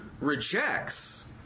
rejects